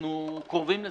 אנחנו קרובים לזה.